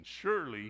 Surely